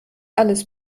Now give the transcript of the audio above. alles